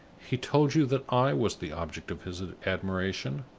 he told you that i was the object of his admiration?